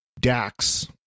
Dax